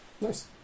Nice